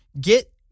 get